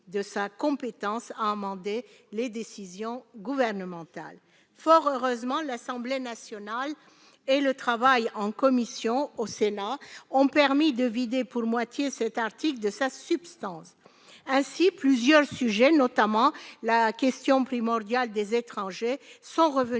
de sa compétence à amender les décisions gouvernementales. Fort heureusement, l'Assemblée nationale et le travail en commission au Sénat ont permis de vider pour moitié cet article de sa substance. Ainsi, plusieurs sujets, notamment la question primordiale des étrangers, sont revenus